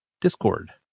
Discord